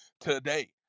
today